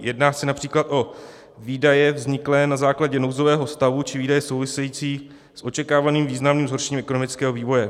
Jedná se například o výdaje vzniklé na základě nouzového stavu či výdaje související s očekávaným významným zhoršením ekonomického vývoje.